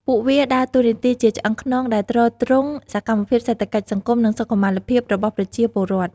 ពួកវាដើរតួនាទីជាឆ្អឹងខ្នងដែលទ្រទ្រង់សកម្មភាពសេដ្ឋកិច្ច សង្គម និងសុខុមាលភាពរបស់ប្រជាពលរដ្ឋ។